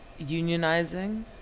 unionizing